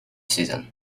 season